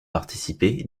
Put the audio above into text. participé